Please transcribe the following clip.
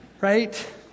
right